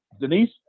denise